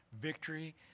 Victory